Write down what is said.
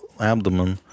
abdomen